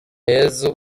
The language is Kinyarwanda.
yezu